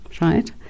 right